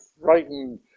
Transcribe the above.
frightened